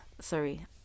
sorry